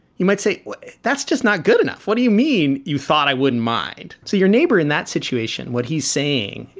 you might say that's just not good enough. what do you mean you thought i wouldn't mind? so your neighbor in that situation, what he's saying,